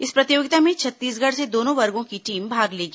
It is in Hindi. इस प्रतियोगिता में छत्तीसगढ़ से दोनों वर्गों की टीम भाग लेगी